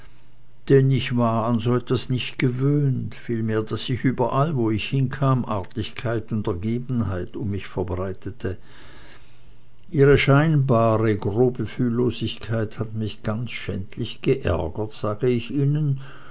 denn ich war an so etwas nicht gewöhnt vielmehr daß ich überall wo ich hinkam artigkeit und ergebenheit um mich verbreitete ihre scheinbare grobe fühllosigkeit hat mich ganz schändlich geärgert sage ich ihnen